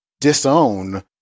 disown